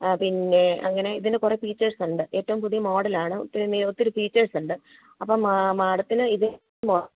ആ പിന്നെ അങ്ങനെ ഇതിനു കുറെ ഫീച്ചേഴ്സ് ഉണ്ട് ഏറ്റവും പുതിയ മോഡലാണ് ഒത്തിരി ഫീച്ചേഴ്സ് ഉണ്ട് അപ്പം മാഡത്തിന് ഇത് ഉണ്ടോ